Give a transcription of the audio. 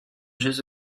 jeux